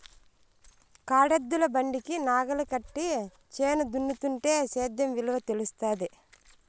కాడెద్దుల బండికి నాగలి కట్టి చేను దున్నుతుంటే సేద్యం విలువ తెలుస్తాది